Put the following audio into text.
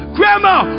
Grandma